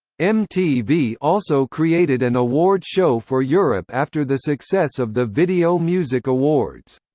mtv also created an award show for europe after the success of the video music awards.